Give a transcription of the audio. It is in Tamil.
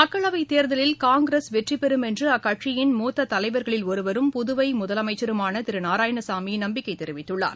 மக்களவை தேர்தலில் காங்கிரஸ் வெற்றி பெறும் என்று அக்கட்சியின் மூத்த தலைவர்களில் ஒருவரும் புதுவை முதலமைச்சருமான திரு நாராயணசாமி நம்பிக்கை தெரிவித்துள்ளார்